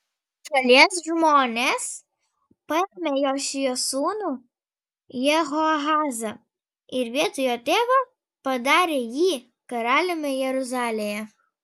šalies žmonės paėmė jošijo sūnų jehoahazą ir vietoj jo tėvo padarė jį karaliumi jeruzalėje